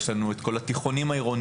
יש לנו את כל התיכונים העירוניים,